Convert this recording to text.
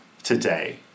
Today